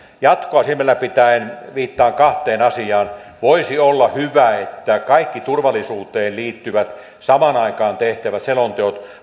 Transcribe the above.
jatkoa silmällä pitäen viittaan kahteen asiaan voisi olla hyvä että kaikki turvallisuuteen liittyvät samaan aikaan tehtävät selonteot